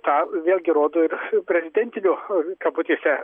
tą vėlgi rodo ir prezidentinio kabutėse